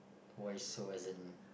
voice so as in